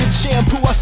shampoo